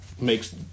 makes